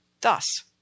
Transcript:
thus